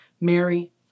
Mary